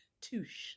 Touche